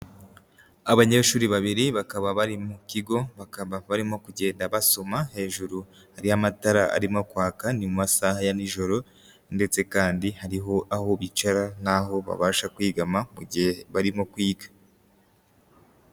Abanyeshuri babiri bakaba bari mu kigo, bakaba barimo kugenda basoma, hejuru hariyo amatara arimo kwaka, ni mu masaha ya nijoro ndetse kandi hariho aho bicara naho babasha kwigama gihe barimo kwiga.